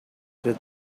did